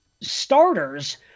starters